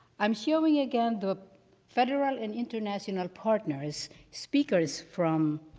i'm hearing again the federal and international partners, speakers from